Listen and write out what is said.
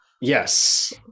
yes